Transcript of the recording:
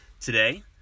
Today